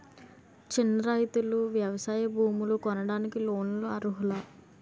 చిన్న రైతులు వ్యవసాయ భూములు కొనడానికి లోన్ లకు అర్హులా?